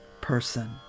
person